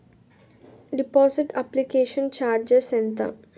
Deposit application charges ఎంత?